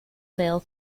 vale